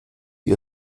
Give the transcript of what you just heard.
ihr